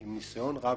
עם ניסיון רב,